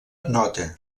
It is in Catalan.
nota